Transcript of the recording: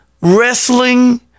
wrestling